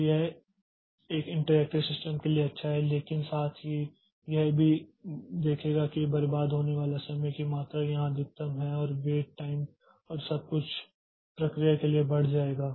तो यह एक इंटरैक्टिव सिस्टम के लिए अच्छा है लेकिन साथ ही यह भी देखेगा कि बर्बाद होने वाले समय की मात्रा यहां अधिकतम है और वेट टाइम और सब कुछ प्रक्रिया के लिए बढ़ जाएगा